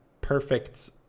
perfect